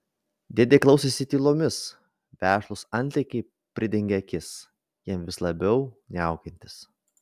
dėdė klausėsi tylomis vešlūs antakiai pridengė akis jam vis labiau niaukiantis